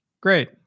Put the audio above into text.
Great